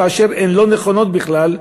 כאשר הם לא נכונים בכלל,